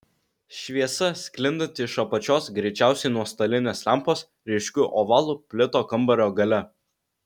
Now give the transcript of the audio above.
šviesa sklindanti iš apačios greičiausiai nuo stalinės lempos ryškiu ovalu plito kambario gale